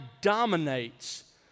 dominates